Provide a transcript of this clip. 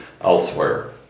elsewhere